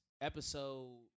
episode